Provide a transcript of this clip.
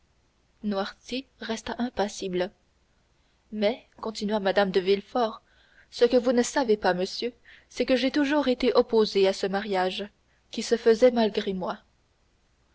noirtier resta impassible mais continua mme de villefort ce que vous ne savez pas monsieur c'est que j'ai toujours été opposée à ce mariage qui se faisait malgré moi